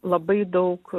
labai daug